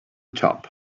top